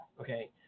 okay